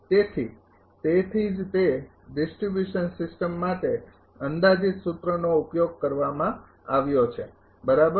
તેથી તેથી જ તે ડિસ્ટ્રિબ્યુશન સિસ્ટમ માટે અંદાજિત સૂત્રનો ઉપયોગ કરવામાં આવ્યો છે બરાબર